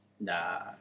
Nah